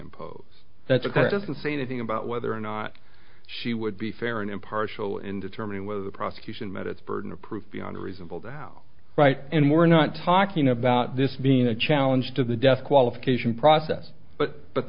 occurred doesn't say anything about whether or not she would be fair and impartial in determining whether the prosecution met its burden of proof beyond a reasonable doubt right and we're not talking about this being a challenge to the death qualification process but but